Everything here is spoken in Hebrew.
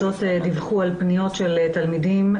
על פניות של תלמידים.